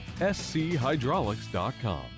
SCHydraulics.com